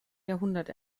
jahrhundert